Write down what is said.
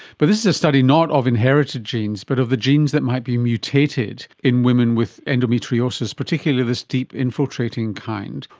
but this is a study not of inherited genes but of the genes that might be mutated in women with endometriosis, particularly of this deep infiltrating kind,